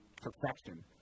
perfection